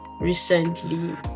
recently